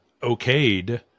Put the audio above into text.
okayed